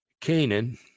Canaan